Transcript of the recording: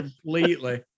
completely